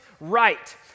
right